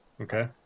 Okay